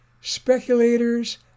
Speculators